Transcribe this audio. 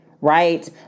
right